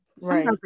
Right